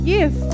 Yes